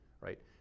right